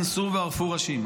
אנסו וערפו ראשים.